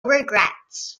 regrets